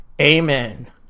amen